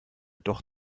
doch